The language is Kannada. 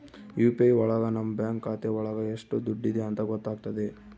ಯು.ಪಿ.ಐ ಒಳಗ ನಮ್ ಬ್ಯಾಂಕ್ ಖಾತೆ ಒಳಗ ಎಷ್ಟ್ ದುಡ್ಡಿದೆ ಅಂತ ಗೊತ್ತಾಗ್ತದೆ